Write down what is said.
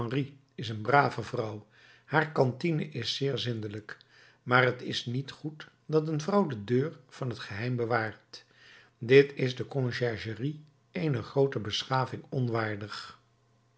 is een brave vrouw haar cantine is zeer zindelijk maar het is niet goed dat een vrouw de deur van het geheim bewaart dit is de conciergerie eener groote beschaving onwaardig